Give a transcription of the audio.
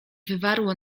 wywarło